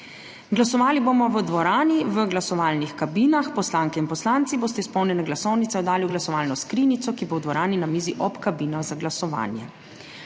Glasovali bomo v dvorani v glasovalnih kabinah. Poslanke in poslanci boste izpolnjene glasovnice oddali v glasovalno skrinjico, ki bo v dvorani na mizi ob kabinah za glasovanje.